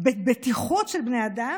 בבטיחות של בני אדם?